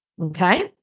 okay